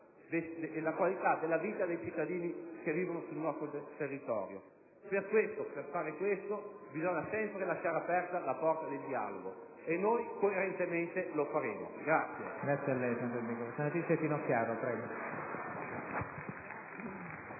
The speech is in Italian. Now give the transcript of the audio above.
e la qualità della vita dei cittadini che vivono sul nostro territorio. Per fare questo bisogna sempre lasciare aperta la porta del dialogo, e noi coerentemente lo faremo.